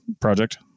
project